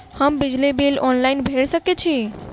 हम बिजली bill online भैर सकै छी?